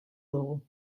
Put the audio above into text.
dugu